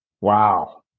Wow